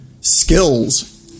skills